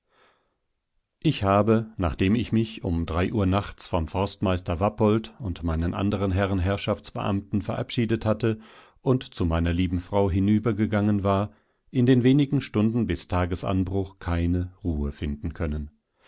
ich habe nachdem ich mich um drei uhr nachts vom forstmeister wappolt und meinen anderen herren herrschaftsbeamten verabschiedet hatte und zu meiner lieben frau hinübergegangen war in den wenigen stunden bis tagesanbruch keine ruhe finden können